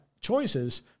choices